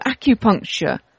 acupuncture